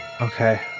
okay